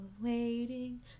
waiting